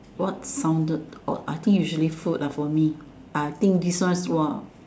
what sounded awe~ I think usually food ah for me I think this one !wah!